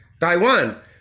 Taiwan